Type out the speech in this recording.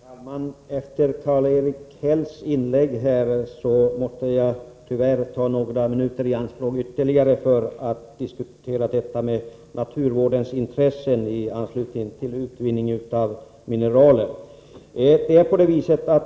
Herr talman! Efter Karl-Erik Hälls inlägg måste jag tyvärr ta ytterligare några minuter i anspråk för att tala om detta med naturvårdsintressen i anslutning till utvinning av mineraler.